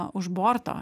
už borto